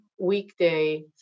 weekday